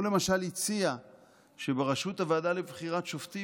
הוא למשל הציע שבראשות הוועדה לבחירת שופטים